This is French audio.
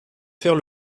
faire